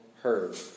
heard